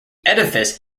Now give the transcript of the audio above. edifice